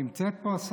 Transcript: נמצאת פה השרה?